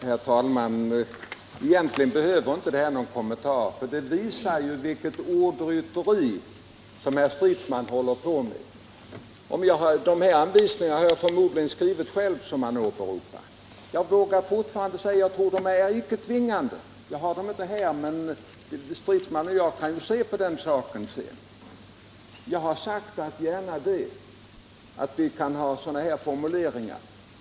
Herr talman! Egentligen behöver inte det här någon kommentar — det visar vilket ordrytteri herr Stridsman ägnar sig åt. De anvisningar som han åberopar har jag förmodligen skrivit själv. Jag vågar fortfarande påstå att att de icke är tvingande. Jag har dem inte här, men herr Stridsman och jag kan ju se efter sedan. Gärna det, att man diskuterar sådana här formuleringar.